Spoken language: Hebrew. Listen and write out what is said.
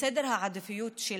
בסדר העדיפויות שלנו.